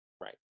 Right